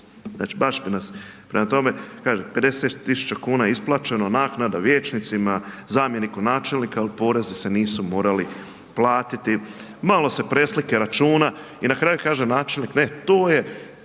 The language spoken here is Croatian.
Znači baš bi nas, prema tome, kažem 50 tisuća kuna je isplaćeno, naknada, vijećnicima, zamjeniku načelnika, ali porezi se nisu morali platiti. Malo se preslike računa i na kraju kaže načelnik ne, to je